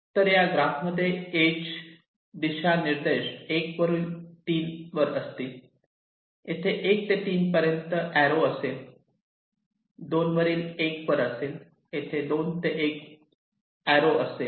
तर या ग्राफ मध्ये इज दिशानिर्देश 1 वरील 3 वर असतील तेथे 1 ते 3 पर्यंत एरो असेल 2 वरील 1 वर असेल तेथे 2 ते 1 असाएरो असेल